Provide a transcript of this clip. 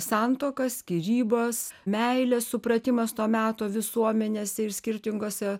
santuoka skyrybos meilės supratimas to meto visuomenės ir skirtingose